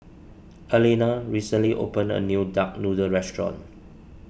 Arlena recently opened a new Duck Noodle restaurant